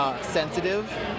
Sensitive